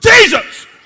Jesus